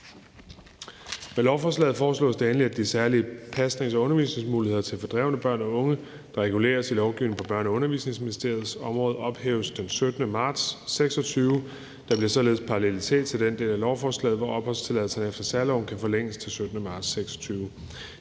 Med lovforslaget foreslås det endelig, at de særlige pasnings- og undervisningsmuligheder til fordrevne børn og unge, der reguleres i lovgivningen på Børne- og Undervisningsministerens område ophæves den 17. marts 2026. Der bliver således parallellitet til den del af lovforslaget, hvor opholdstilladelse efter særloven kan forlænges til den 17. marts 2026.